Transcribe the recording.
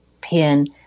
pin